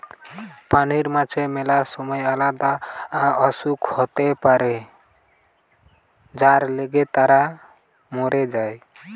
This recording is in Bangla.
পানির মাছের ম্যালা সময় আলদা অসুখ হতে পারে যার লিগে তারা মোর যায়